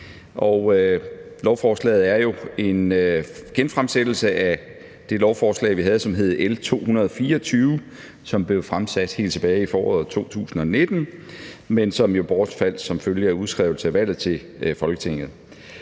lovforslaget er en genfremsættelse af det lovforslag, vi havde, som hed L 224, og som blev fremsat helt tilbage i foråret 2019, men som jo bortfaldt som følge af udskrivelsen af valget til Folketinget.